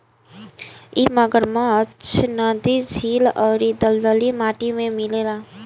इ मगरमच्छ नदी, झील अउरी दलदली माटी में मिलेला